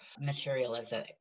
materialism